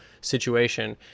Situation